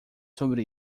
sobre